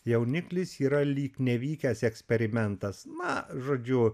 jauniklis yra lyg nevykęs eksperimentas na žodžiu